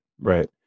right